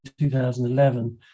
2011